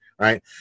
Right